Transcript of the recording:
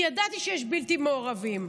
כי ידעתי שיש בלתי מעורבים,